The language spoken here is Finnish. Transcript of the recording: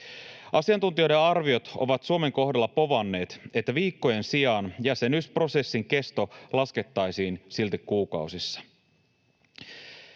Asiantuntijoiden arviot ovat Suomen kohdalla povanneet, että viikkojen sijaan jäsenyysprosessin kesto laskettaisiin silti kuukausissa.